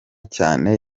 cyane